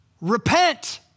Repent